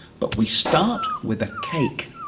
but we start with a cake.